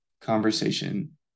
Conversation